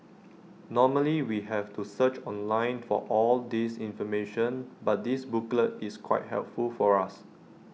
normally we have to search online for all this information but this booklet is quite helpful for us